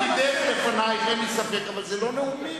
עתידך לפנייך, אין לי ספק, אבל זה לא נאומים.